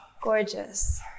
Gorgeous